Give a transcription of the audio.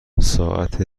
ساعت